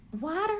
water